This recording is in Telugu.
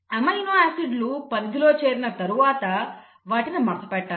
అమైనో ఆసిడ్ లు పరిధిలో చేరిన తర్వాత వాటిని మడతపెట్టాలి